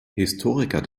historiker